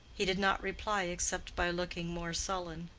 he did not reply except by looking more sullen.